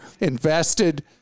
invested